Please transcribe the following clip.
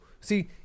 see